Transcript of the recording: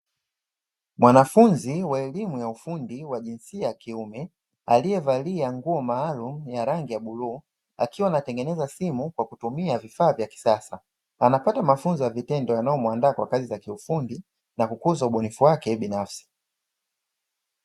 Mwanafnzi wa elimu ya ufundi wa jinsia ya kiume aliye valia nguo maalumu ya rangi ya bluu akiwa anatengeneza simu kwa kutumia vifaa vya kisasa, anapata mafunzo ya vitendo yanayo mwandaa kwa kazi za kiufundi nakukuza ubunifu wake binafsi.